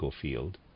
field